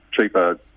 cheaper